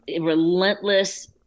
relentless